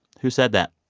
who said that?